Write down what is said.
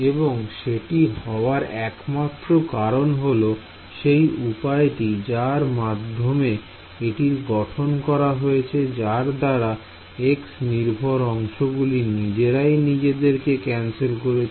এবং সেটি হওয়ার একমাত্র কারণ হল সেই উপায়টি যার মাধ্যমে এটির গঠন করা হয়েছে যার দ্বারা x নির্ভর অংশগুলি নিজেরাই নিজেদেরকে ক্যানসেল করেছে